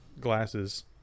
glasses